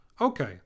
Okay